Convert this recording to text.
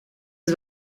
het